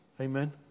Amen